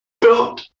built